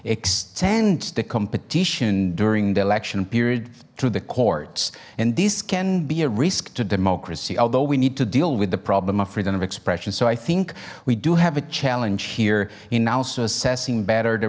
extend the competition during the election period through the courts and this can be a risk to democracy although we need to deal with the problem of freedom of expression so i think we do have a challenge here in also assessing better the